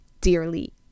dearly